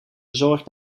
bezorgd